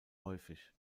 häufig